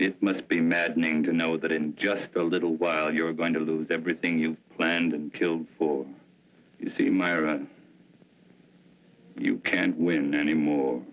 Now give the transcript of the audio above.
it must be maddening to know that in just a little while you're going to lose everything you planned and killed for you see myra you can't win any more